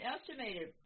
estimated